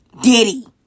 Diddy